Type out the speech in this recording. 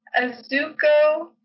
Azuko